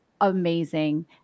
amazing